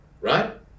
right